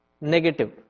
negative